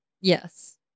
Yes